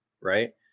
Right